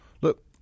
Look